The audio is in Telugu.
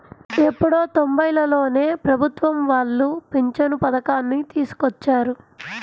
ఎప్పుడో తొంబైలలోనే ప్రభుత్వం వాళ్ళు పింఛను పథకాన్ని తీసుకొచ్చారు